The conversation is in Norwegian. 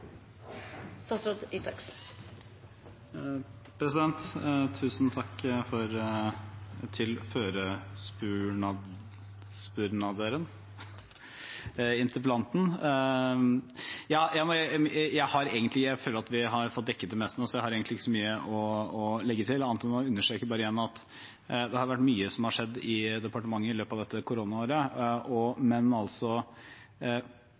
Tusen takk til «førespørjaren» – interpellanten. Jeg føler egentlig at vi har fått dekket det meste nå, så jeg har ikke så mye å legge til annet enn igjen å understreke at mye har skjedd i departementet i løpet av dette koronaåret,